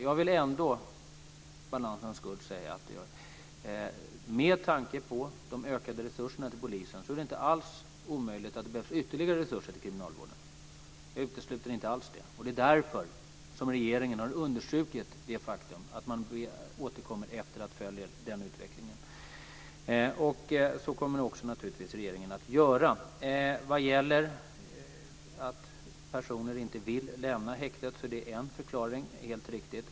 Jag vill ändå, bl.a. för den skull, säga att med tanke på de ökade resurserna till polisen är det inte alls omöjligt att det behövs ytterligare resurser till kriminalvården. Jag utesluter inte alls det. Och det är därför som regeringen har understrukit det faktum att man återkommer efter att ha följt den utvecklingen. Så kommer regeringen också naturligtvis att göra. Vad gäller att personer inte vill lämna häktet hade Maud Ekendahl en förklaring, helt riktigt.